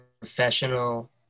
professional